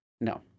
No